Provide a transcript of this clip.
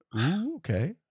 Okay